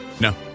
No